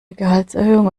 gehaltserhöhung